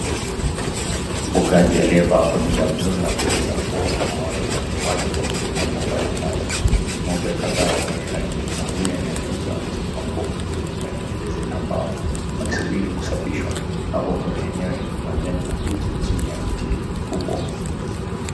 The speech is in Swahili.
Mfugaji aliye vaa hoodie ya blue na boti za black anawaosha ng'ombe wake kwa kutumia bomba la maji.Ng'ombe kadha wenye rangi ya kawia na nyeupe wamesimama kwa utulivu ndani ya zizi la mbao na mwili kusafishwa wako kwenye eneo lenye majani mabichi chini ya mti mkubuwa.